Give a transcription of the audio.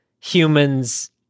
humans